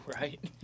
right